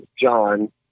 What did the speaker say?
John